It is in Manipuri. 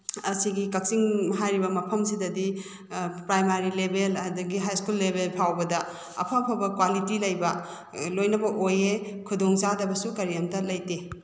ꯑꯁꯤꯒꯤ ꯀꯛꯆꯤꯡ ꯍꯥꯏꯔꯤꯕ ꯃꯐꯝꯁꯤꯗꯗꯤ ꯄ꯭꯭ꯔꯥꯏꯃꯥꯔꯤ ꯂꯦꯕꯦꯜ ꯑꯗꯒꯤ ꯍꯥꯏ ꯁ꯭ꯀꯨꯜ ꯂꯦꯕꯦꯜ ꯐꯥꯎꯕꯗ ꯑꯐ ꯑꯐꯕ ꯀ꯭꯭ꯋꯥꯂꯤꯇꯤ ꯂꯩꯕ ꯂꯣꯏꯅꯃꯛ ꯑꯣꯏꯌꯦ ꯈꯨꯗꯣꯡꯆꯥꯗꯕꯁꯨ ꯀꯔꯤꯝꯇ ꯂꯩꯇꯦ